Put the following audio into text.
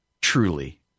Truly